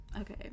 okay